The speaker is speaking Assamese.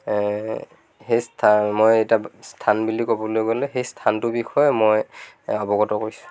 সেই স্থান মই এতিয়া স্থান বুলি ক'বলৈ গ'লে সেই স্থানটোৰ বিষয়ে মই অৱগত কৰিছোঁ